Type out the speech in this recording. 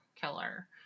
killer